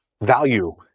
value